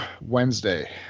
Wednesday